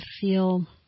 feel